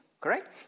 Correct